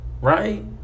Right